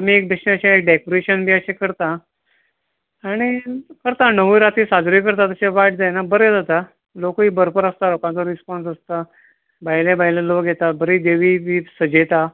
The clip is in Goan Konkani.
आमी एक बेश्टें अशें डेकोरेशन बीन अशें करता आनी करता णवय राती साजरी करता तशें वायट जायना बऱ्यो जातात लोकय भरपूर आसता लोकांचो रिसपोन्स आसता भायले भायले लोक येतात बरी देवीक बी सजयता